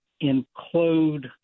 include